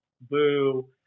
Boo